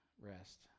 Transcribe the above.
rest